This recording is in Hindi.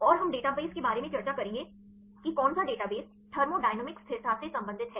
और हम डेटाबेस के बारे में चर्चा करेंगे कि कौन सा डेटाबेस थर्मोडायनामिक स्थिरता से संबंधित है